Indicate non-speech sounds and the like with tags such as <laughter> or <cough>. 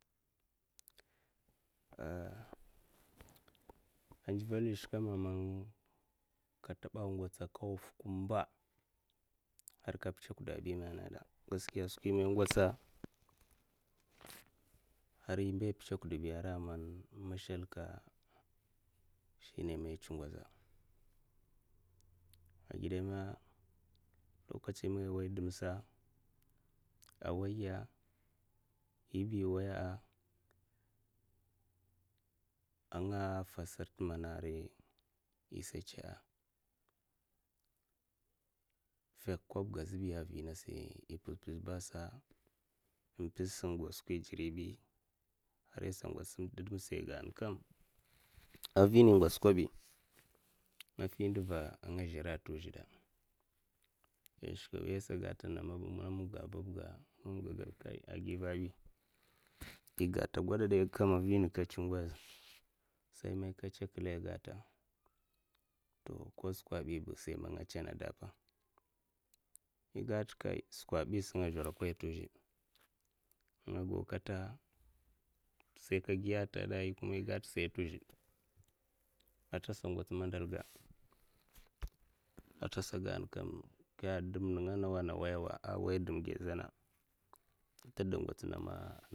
A ka ndivilya skeme man ka taba gwats man ka wuff kumba har ka pitsakdalima a nagoda gaskiya skwi man igwatsa <noise> har imbaai pitsok dabi. mashalakka'a, shine ma itswa a ngoza a gidame lokatsi man i wai dim sa. a'waiya iba iwaiya'a, a <unintelligible> fa sarta mana isa tsa'a, fuk kobga azhabi i pizh pizh basa in pizhsa in go skwi jiribi har isa ngats demsa ai ganakam a vina igwats skwabi nga fi nduva d ngazhara a tazhda ya shakawi ai sagedata babbga mammga a gadkam agivabi <noise> igata a gwadadeiga kam a vina saima katsingoz sai ma katsa kila to koskabiba sai ma nga tsana dapa igata ka skwababisa nga zherakona tuzhud nga go kata saika giya tageda yikuma sai tuzhud atasa ngats mandalga <noise> a tasa gin gankam dem ninga nawa nawayawa awai demgai zana tada gwats babba'a.